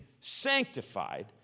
sanctified